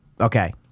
Okay